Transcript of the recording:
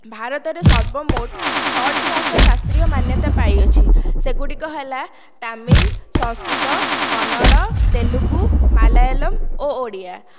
ଭାରତରେ ସର୍ବମୋଟ ଛଅଟି ଭାଷା ଶାସ୍ତ୍ରୀୟ ମାନ୍ୟତା ପାଇଅଛି ସେଗୁଡ଼ିକ ହେଲା ତାମିଲ ସଂସ୍କୃତ କନ୍ନଡ଼ ତେଲୁଗୁ ମାଲାୟାଲମ ଓ ଓଡ଼ିଆ